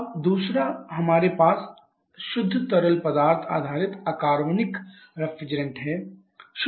अब दूसरा हमारे पास शुद्ध तरल पदार्थ आधारित अकार्बनिक रेफ्रिजरेंट हैं